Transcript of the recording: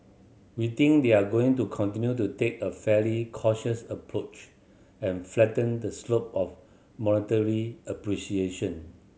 we think they're going to continue to take a fairly cautious approach and flatten the slope of monetary appreciation